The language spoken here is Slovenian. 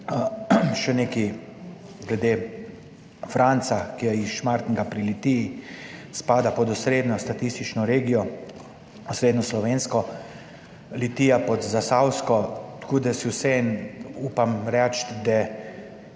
Še nekaj glede Franca, ki je iz Šmartnega pri Litiji. Spada pod osrednjo statistično regijo, osrednjo slovensko, Litija pod zasavsko, tako da si vseeno upam reči, da